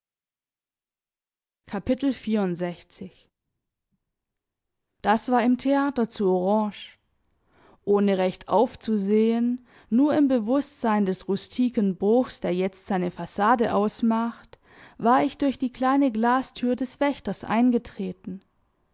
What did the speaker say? das war im theater zu orange ohne recht aufzusehen nur im bewußtsein des rustiken bruchs der jetzt seine fassade ausmacht war ich durch die kleine glastür des wächters eingetreten